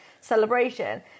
celebration